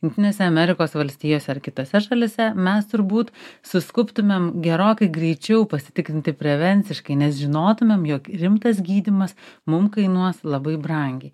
jungtinėse amerikos valstijose ar kitose šalyse mes turbūt suskubtumėm gerokai greičiau pasitikrinti prevenciškai nes žinotumėm jog rimtas gydymas mum kainuos labai brangiai